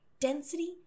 density